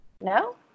No